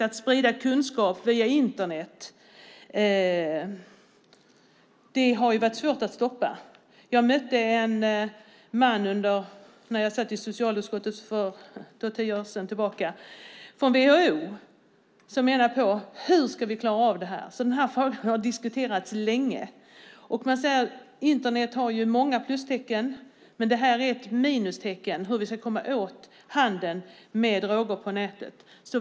Att sprida kunskap via Internet har varit svårt att stoppa. När jag satt i socialutskottet för tio år sedan mötte jag en man från WHO som undrade hur vi ska klara av detta. Denna fråga har alltså diskuterats länge. Internet har många plustecken, men detta är ett minustecken, alltså hur vi ska komma åt handeln med droger på nätet.